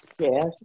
Yes